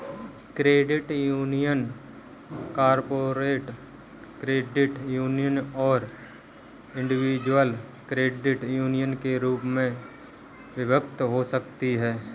credit union corporate credit union और individual credit union के रूप में विभक्त हो सकती हैं